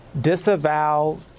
disavow